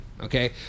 Okay